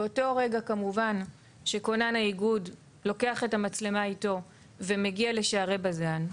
באותו רגע כמובן שכונן האיגוד לוקח את המצלמה איתו ומגיע לשערי בז"ן.